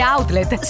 Outlet